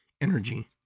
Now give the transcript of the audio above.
energy